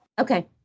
Okay